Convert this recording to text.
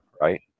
right